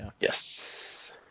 Yes